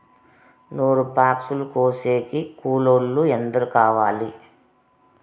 నూరు బాక్సులు కోసేకి కూలోల్లు ఎందరు కావాలి?